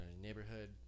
neighborhood